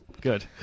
Good